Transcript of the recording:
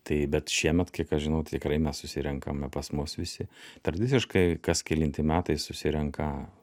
tai bet šiemet kiek aš žinau tikrai mes susirenkame pas mus visi tradiciškai kas kelinti metai susirenka